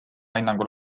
hinnangul